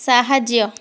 ସାହାଯ୍ୟ